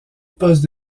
poste